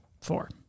four